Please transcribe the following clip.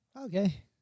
Okay